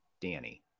Danny